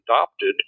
adopted